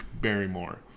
Barrymore